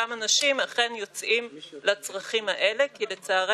לכן, מרכיב מאוד חשוב בחבילה הזאת שאנחנו